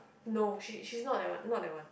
no she she's not that one not that one